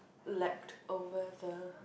left over the